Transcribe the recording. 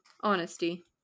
honesty